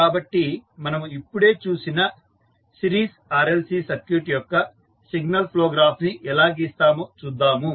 కాబట్టి మనము ఇప్పుడే చూసిన సిరీస్ RLC సర్క్యూట్ యొక్క సిగ్నల్ ఫ్లో గ్రాఫ్ ని ఎలా గీస్తామో చూద్దాము